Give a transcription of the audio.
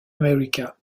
america